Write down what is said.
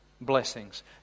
blessings